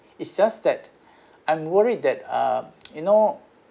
it's just that I'm worried that uh you know